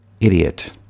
Idiot